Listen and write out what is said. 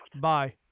Bye